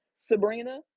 Sabrina